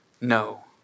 No